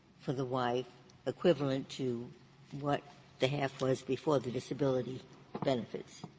for the wife equivalent to what the half was before the disability benefits,